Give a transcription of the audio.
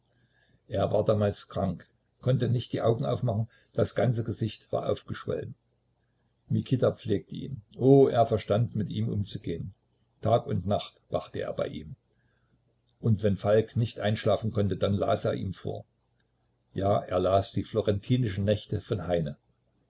er war damals krank konnte nicht die augen aufmachen das ganze gesicht war aufgeschwollen mikita pflegte ihn oh er verstand mit ihm umzugehen tag und nacht wachte er bei ihm und wenn falk nicht einschlafen konnte dann las er ihm vor ja er las die florentinischen nächte von heine